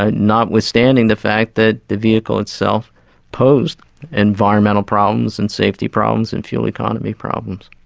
ah notwithstanding the fact that the vehicle itself posed environmental problems and safety problems and fuel economy problems.